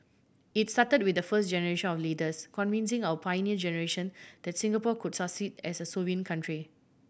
it started with the first generation of leaders convincing our Pioneer Generation that Singapore could succeed as a sovereign country